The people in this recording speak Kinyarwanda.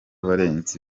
valens